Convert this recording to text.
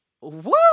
Woo